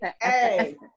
Hey